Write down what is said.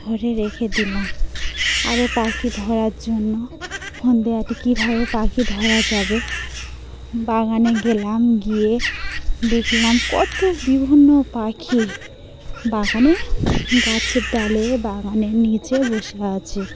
ধরে রেখে দিলাম আরও পাখি ধরার জন্য ফন্দি আঁটি কীভাবে পাখি ধরা যাবে বাগানে গেলাম গিয়ে দেখলাম কত বিভিন্ন পাখি বাগানে গাছের ডালে বাগানের নিচে বসে আছে